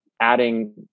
adding